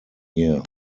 year